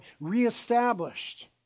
reestablished